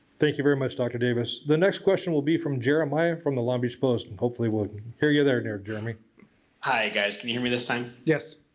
thank you very much dr. davis. the next question will be from jeremiah from the long beach post hopefully we'll hear you there there jeremiah. hi guys, can you hear me this time? yes.